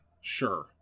sure